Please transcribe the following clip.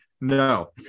No